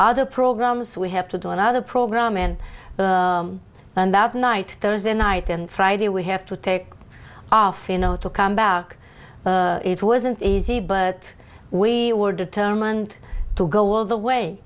other programs we have to do another program in and that night thursday night and friday we have to take off in order to come back it wasn't easy but we were determined to go all the way